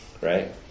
right